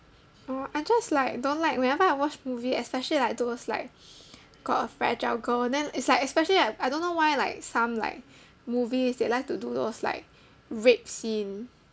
no I just like don't like whenever I watch movie especially like those like got a fragile girl then it's like especially like I don't know why like some like movies they like to do those like rape scene